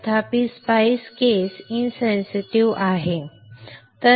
तथापि spice case insensitive आहे